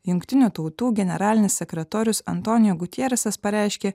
jungtinių tautų generalinis sekretorius antonijo gutjeresas pareiškė